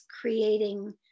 creating